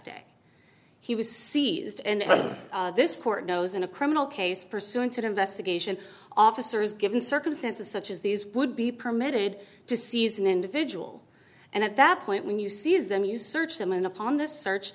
day he was seized and this court knows in a criminal case pursuant to the investigation officers given circumstances such as these would be permitted to seize an individual and at that point when you see is them you search them and upon the search